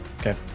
Okay